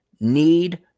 need